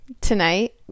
tonight